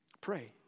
Pray